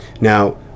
Now